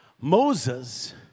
Moses